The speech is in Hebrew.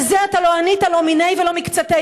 על זה אתה לא ענית, לא מיניה ולא מקצתיה.